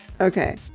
Okay